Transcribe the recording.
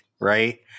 Right